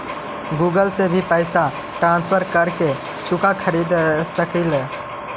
Google से भी पैसा ट्रांसफर कर के कुछ खरिद सकलिऐ हे?